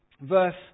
verse